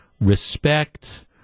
respect